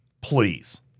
please